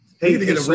Hey